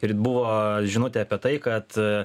ir buvo žinutė apie tai kad